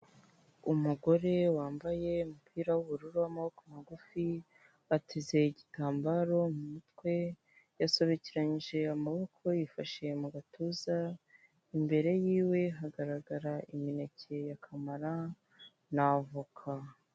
Umugore wambaye umupira w'ubururu w'amaboko magufi ateze igitambaro mu mutwe, yasobekeranyije amaboko yifashe mu gatuza, imbere yiwe hagaragara imineke ya kamara n'avoka.